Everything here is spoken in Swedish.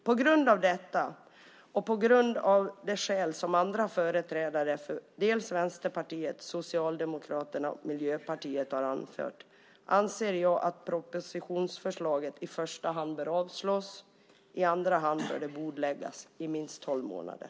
På grund av detta och på grund av de skäl som andra företrädare för Vänsterpartiet, Socialdemokraterna och Miljöpartiet anfört anser jag att propositionsförslaget i första hand bör avslås. I andra hand bör det bordläggas i minst tolv månader.